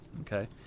Okay